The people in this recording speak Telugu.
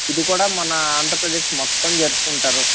ఇది కూడా మన ఆంధ్రప్రదేశ్ మొత్తం జరుపుకుంటారు